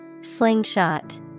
Slingshot